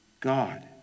God